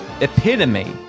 epitome